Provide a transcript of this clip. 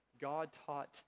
God-taught